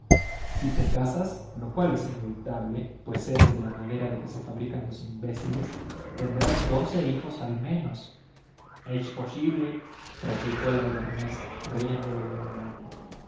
si te casas lo cual es inevitable pues eres de la madera de que se fabrican los imbéciles tendrás doce hijos al menos es posible replicó el auvernés riendo de buena gana